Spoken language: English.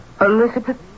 Elizabeth